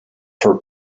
her